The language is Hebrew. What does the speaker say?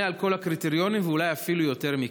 על כל הקריטריונים ואולי אפילו יותר מכך.